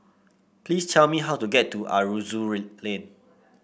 please tell me how to get to Aroozoo Lane